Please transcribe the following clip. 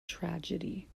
tragedy